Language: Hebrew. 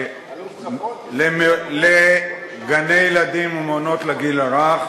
של גני-ילדים ומעונות לגיל הרך.